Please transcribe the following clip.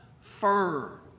firm